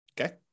okay